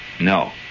No